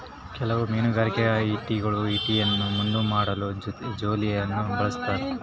ಕೆಲವು ಮೀನುಗಾರಿಕೆ ಈಟಿಗಳು ಈಟಿಯನ್ನು ಮುಂದೂಡಲು ಜೋಲಿಯನ್ನು ಬಳಸ್ತಾರ